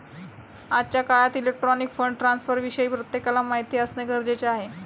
आजच्या काळात electronic fund ट्रान्स्फरविषयी प्रत्येकाला माहिती असणे गरजेचे आहे